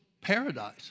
paradise